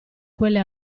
quelle